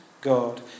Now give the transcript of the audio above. God